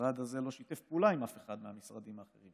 המשרד הזה לא שיתף פעולה עם אף אחד מהמשרדים האחרים,